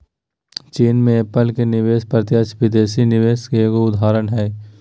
चीन मे एप्पल के निवेश प्रत्यक्ष विदेशी निवेश के एगो उदाहरण हय